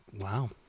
Wow